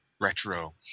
retro